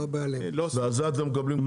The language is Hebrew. ועל זה אתם מקבלים?